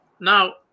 Now